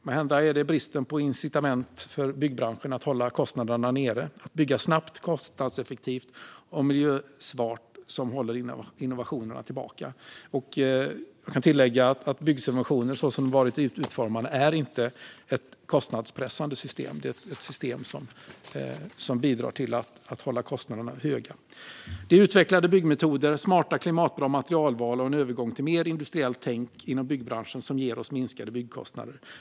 Måhända är det bristen på incitament för byggbranschen att hålla kostnader nere och bygga snabbt, kostnadseffektivt och miljösmart som håller innovationerna tillbaka. Jag kan tillägga att byggsubventioner så som de har varit utformade inte är ett kostnadspressande system utan ett system som bidrar till att hålla kostnaderna höga. Det är utvecklade byggmetoder, smarta klimatbra materialval och en övergång till mer industriellt tänkande inom byggbranschen som ger oss minskade byggkostnader.